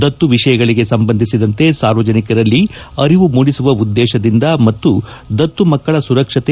ದತ್ತು ವಿಷಯಗಳಿಗೆ ಸಂಬಂಧಿಸಿದಂತೆ ಸಾರ್ವಜನಿಕರಲ್ಲಿ ಅರಿವು ಮೂಡಿಸುವ ಉದ್ಲೇಶದಿಂದ ಮತ್ತು ದತ್ತು ಮಕ್ಕಳ ಸುರಕ್ಷತೆ